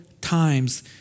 times